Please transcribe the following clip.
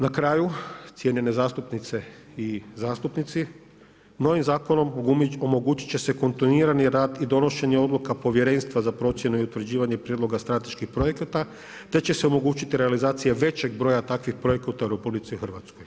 Na kraju, cijenjene zastupnice i zastupnici, novim zakonom omogućit će se kontinuirani rad i donošenje odluka povjerenstva za procjene i utvrđivanje prijedloga strateških projekata te će se omogućiti realizacija većeg broja takvih projekata u RH.